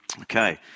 Okay